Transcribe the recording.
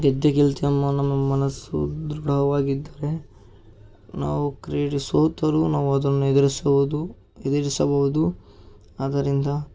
ಗೆದ್ದೇ ಗೆಲ್ತೀವಿ ಎಂಬ ನಮ್ಮ ಮನಸ್ಸು ದೃಢವಾಗಿದ್ದರೆ ನಾವು ಕ್ರೀಡೆ ಸೋತರೂ ನಾವು ಅದನ್ನು ಎದುರಿಸೋದು ಎದುರಿಸಬಹುದು ಆದ್ದರಿಂದ